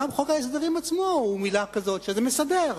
גם חוק ההסדרים עצמו הוא מלה כזאת, שזה מסדר.